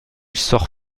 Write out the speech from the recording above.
sort